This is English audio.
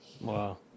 Wow